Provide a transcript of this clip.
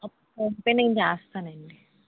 PhonePe నేను చేస్తాను అండి